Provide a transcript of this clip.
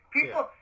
People